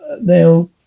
now